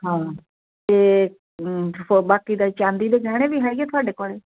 ਹਾਂ ਅਤੇ ਸੋ ਬਾਕੀ ਹਾਂ ਚਾਂਦੀ ਦੇ ਗਹਿਣੇ ਵੀ ਹੈਗੀ ਤੁਹਾਡੇ ਕੋਲ